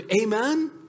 Amen